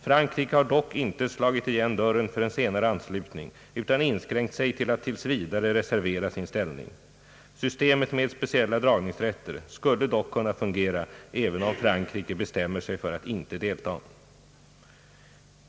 Frankrike har dock inte slagit igen dörren för en senare anslutning, utan inskränkt sig till att tills vidare reservera sin ställning. Systemet med speciella dragningsrätter skulle dock kunna fungera även om Frankrike bestämmer sig för att inte delta.